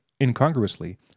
incongruously